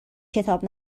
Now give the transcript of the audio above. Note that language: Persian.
کتاب